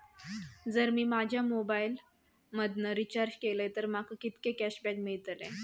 जर मी माझ्या मोबाईल मधन रिचार्ज केलय तर माका कितके कॅशबॅक मेळतले?